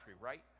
right